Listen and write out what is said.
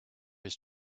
his